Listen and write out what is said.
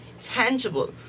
tangible